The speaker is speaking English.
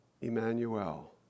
Emmanuel